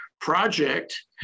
project